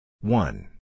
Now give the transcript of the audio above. one